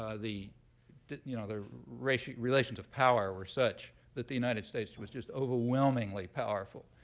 the you know the relations relations of power were such that the united states was just overwhelmingly powerful.